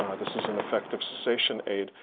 um this is an effective cessation aid,